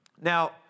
Now